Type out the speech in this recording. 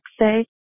say